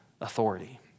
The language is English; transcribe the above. authority